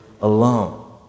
alone